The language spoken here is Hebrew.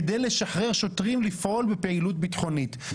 כדי לשחרר שוטרים לפעול בפעילות ביטחונית.